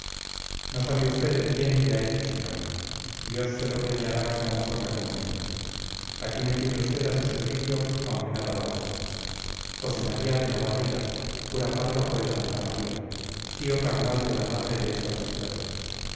no sabe usted el bien que ha hecho señor dios se lo premiará como mejor le convenga aquí me tiene usted a su servicio aunque nada valgo josé maría de navarridas cura párroco de santa maría tío carnal de la madre de estas dos perlas